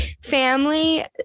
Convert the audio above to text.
family